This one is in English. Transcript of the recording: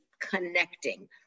connecting